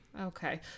Okay